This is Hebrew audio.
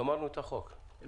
גמרנו את החוק, נכון?